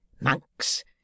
Monks